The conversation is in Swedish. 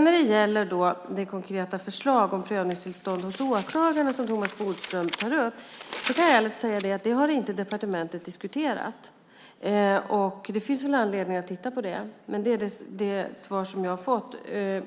När det gäller det konkreta förslag om prövningstillstånd hos åklagare som Thomas Bodström tar upp kan jag ärligt säga att departementet inte har diskuterat det. Det finns väl anledning att titta på det. Det är det svar som jag har fått.